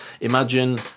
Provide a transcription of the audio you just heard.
imagine